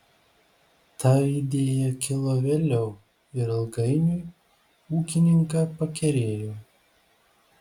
ta idėja kilo vėliau ir ilgainiui ūkininką pakerėjo